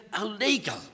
illegal